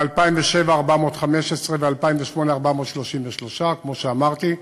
ב-2007, 415, וב-2008, 433. כמו שאמרתי,